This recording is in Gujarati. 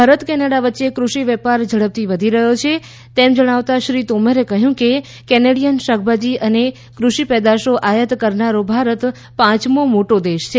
ભારત કેનેડા વચ્ચે કૃષિ વેપાર ઝડપથી વધી રહ્યો છે તેમ જણાવતા શ્રી તોમરે કહ્યું કે કેનેડીયન શાકભાજી અને કૃષિ પેદાશો આયાત કરનારો ભારત પાંચમો મોટો દેશ છે